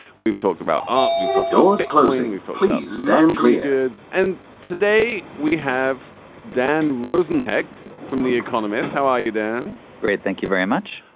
we've talked about art. we've talked about bitcoin. we've talked about luxury goods. and today we have dan rosenheck from the economist. how are you then? great. thank you very much.